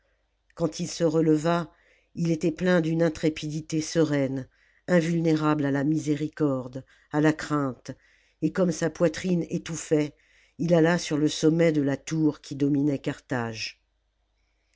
quand il se releva il était plein d'une intrépidité sereine invulnérable à la miséricorde à la crainte et comme sa poitrine étouffait il alla sur le sommet de la tour qui dominait carthage